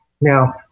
Now